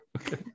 Okay